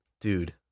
dude